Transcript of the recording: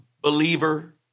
believer